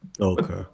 Okay